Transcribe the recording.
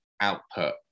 output